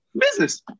Business